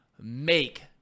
make